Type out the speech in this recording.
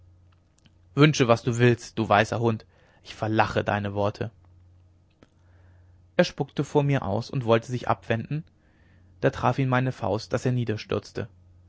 wünsche was du willst du weißer hund ich verlache deine worte er spuckte vor mir aus und wollte sich abwenden da traf ihn meine faust daß er niederstürzte